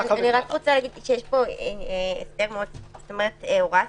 יש פה הוראה ספציפית,